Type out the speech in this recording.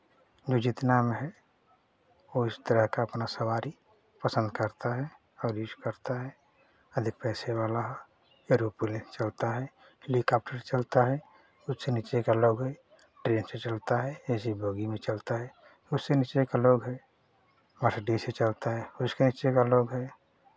जो जितना में है वो उस तरह का अपना सवारी पसंद करता है और यूज़ करता है अधिक पैसे वाला है एरोप्लेन चलता है हेलिकॉप्टर चलता है उससे नीचे का लोग है ट्रेन से चलता है ए सी बॉगी में चलता है उससे नीचे का लोग है मर्सिडीज़ से चलता है उसके नीचे का लोग है